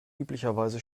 üblicherweise